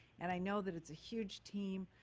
and i know that it's a huge team,